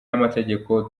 y’amategeko